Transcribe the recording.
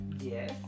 Yes